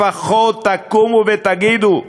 לפחות תקומו ותגידו.